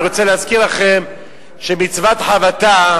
אני מזכיר לכם שבמצוות החבטה,